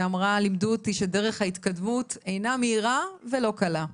שאמרה "..לימדו אותי שדרך ההתקדמות אינה מהירה ולא קלה..".